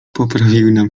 poprawiły